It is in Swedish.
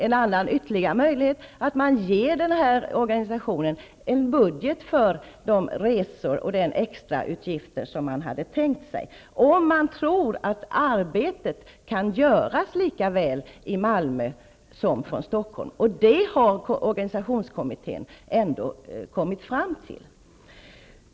En ytterligare möjlighet är att man ger institutet en budget som täcker de resekostnader och de övriga extrautgifter som man tänkt sig skulle uppkomma -- alltså om man tror att arbetet kan göras lika väl i Malmö som i Stockholm. Detta har organisationskommittén ändå kommit fram till.